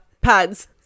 pads